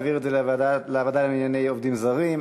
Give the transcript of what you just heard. להעביר את זה לוועדה לענייני עובדים זרים,